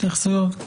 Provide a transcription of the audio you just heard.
התייחסויות.